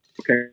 Okay